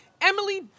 Emily